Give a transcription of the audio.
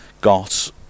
got